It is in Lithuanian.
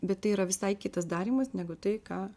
bet tai yra visai kitas darymas negu tai ką